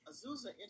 Azusa